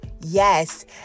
Yes